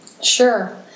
Sure